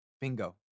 Bingo